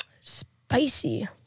spicy